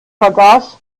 vergaß